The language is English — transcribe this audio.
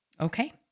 Okay